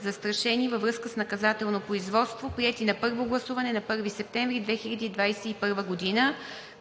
застрашени във връзка с наказателно производство, приети на първо гласуване на 1 септември 2021 г.